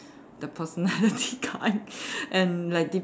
the personality kind and like dep~